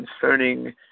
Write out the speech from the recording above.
concerning